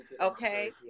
okay